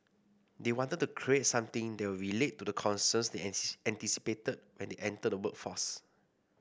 they wanted to create something that would relate to the concerns they anticipated when they enter the workforce